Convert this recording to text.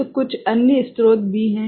तो कुछ अन्य स्रोत भी हैं